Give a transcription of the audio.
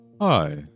hi